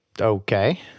Okay